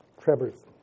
Trevor's